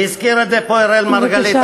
והזכיר את זה פה אראל מרגלית,